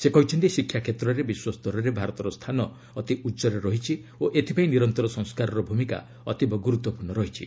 ସେ କହିଛନ୍ତି ଶିକ୍ଷା କ୍ଷେତ୍ରରେ ବିଶ୍ୱସ୍ତରରେ ଭାରତର ସ୍ଥାନ ଅତି ଉଚ୍ଚରେ ରହିଛି ଓ ଏଥିପାଇଁ ନିରନ୍ତର ସଂସ୍କାରର ଭୂମିକା ଅତୀବ ଗୁରୁତ୍ୱପୂର୍ଣ୍ଣ ରହିଛି